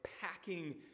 packing